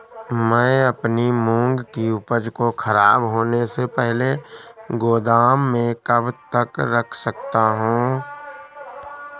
मैं अपनी मूंग की उपज को ख़राब होने से पहले गोदाम में कब तक रख सकता हूँ?